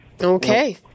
Okay